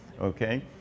Okay